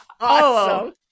awesome